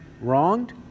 wronged